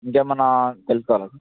ఇంకేమైనా తెలుసుకోవాలా సార్